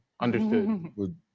Understood